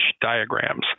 diagrams